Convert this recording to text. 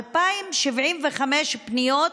2,075 פניות,